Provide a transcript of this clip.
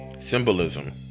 symbolism